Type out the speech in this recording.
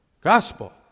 gospel